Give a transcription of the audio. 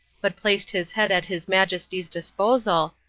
but placed his head at his majesty's disposal,